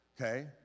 Okay